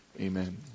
amen